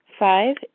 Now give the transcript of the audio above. Five